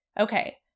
Okay